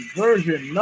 version